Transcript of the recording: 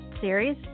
series